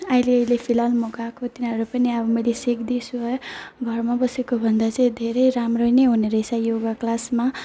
अहिले फिलहाल म गएको तिनीहरू पनि अब मैले सिक्दैछु है घरमा बसेको भन्दा चाहिँ धेरै राम्रो नै हुनेरहेछ योगा क्लासमा